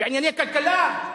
בענייני כלכלה?